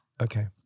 Okay